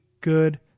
good